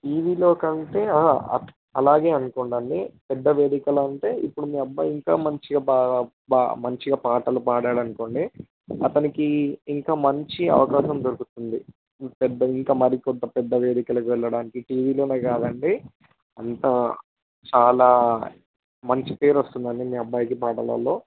టీవీలో అంటే అది అలాగే అనుకోండి అండి పెద్ద వేదికలు అంటే ఇప్పుడు మీ అబ్బాయి ఇంకా మంచిగా బాగా మంచిగా పాటలు పాడాడు అనుకోండి అతనికి ఇంకా మంచి అవకాశం దొరుకుతుంది ఇంకా మరికొంత పెద్ద వేదికలకి వెళ్ళడానికి టీవీలోనే కాదండి అంత చాలా మంచి పేరు వస్తుంది అండి మీ అబ్బాయికి పాటలలో